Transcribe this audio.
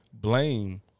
blame